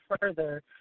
further